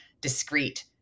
discrete